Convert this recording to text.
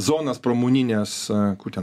zonas pramonines kur ten